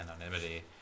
anonymity